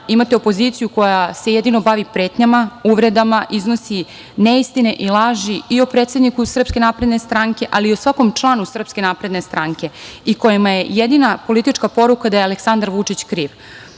imate opoziciju koja se jedino bavi pretnjama, uvredama, iznosi neistine i laži i o predsedniku SNS, ali i o svakom članu SNS, i kojima je jedina politička poruka da je Aleksandar Vučić kriv.